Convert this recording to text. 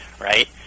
right